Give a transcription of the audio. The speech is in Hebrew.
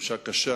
תחושה קשה